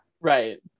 right